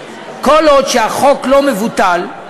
כל עוד החוק לא מבוטל,